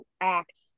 act